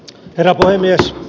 herra puhemies